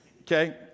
Okay